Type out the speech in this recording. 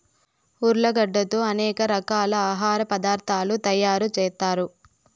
ఉర్లగడ్డలతో అనేక రకాల ఆహార పదార్థాలు తయారు చేత్తారు